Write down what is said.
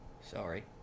Sorry